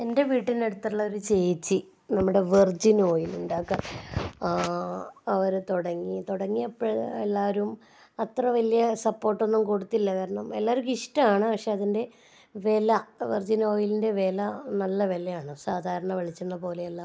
എൻ്റെ വീട്ടിനടുത്തുള്ളൊരു ചേച്ചി നമ്മുടെ വെർജിൻ ഓയിൽ ഉണ്ടാക്കാൻ ആ അവർ തുടങ്ങി തുടങ്ങിയപ്പോൾ എല്ലാവരും അത്ര വലിയ സപ്പോർട്ടൊന്നും കൊടുത്തില്ല കാരണം എല്ലാവർക്കും ഇഷ്ടമാണ് പക്ഷേ അതിൻ്റെ വില വെർജിൻ ഓയിലിൻ്റെ വില നല്ല വിലയാണ് സാധാരണ വെളിച്ചെണ്ണ പോലെയല്ല